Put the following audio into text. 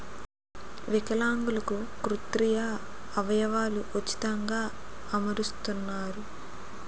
విలాంగులకు కృత్రిమ అవయవాలు ఉచితంగా అమరుస్తున్నారు